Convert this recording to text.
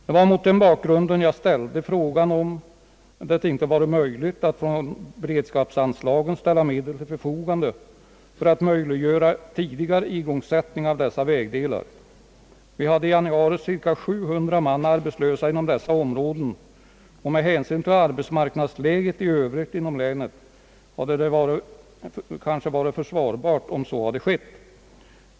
Det var mot denna bakgrund jag ställde frågan om det inte varit möjligt att från beredskapsanslagen ställa medel till förfogande för att möjliggöra en tidigare igångsättning av dessa vägdelar. Vi hade i januari cirka 700 man arbetslösa inom dessa områden, och med hänsyn till arbetsmarknadsläget i övrigt inom länet hade det varit försvarbart om så skett.